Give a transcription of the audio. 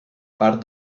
part